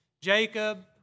Jacob